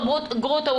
גרוטו,